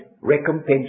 recompense